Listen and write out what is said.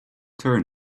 turn